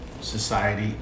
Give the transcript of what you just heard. society